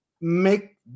make